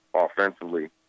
offensively